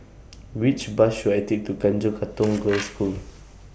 Which Bus should I Take to Tanjong Katong Girls' School